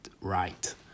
right